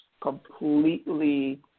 completely